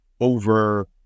over